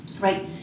right